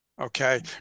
okay